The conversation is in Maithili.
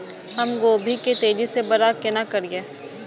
हम गोभी के तेजी से बड़ा केना करिए?